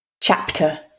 Chapter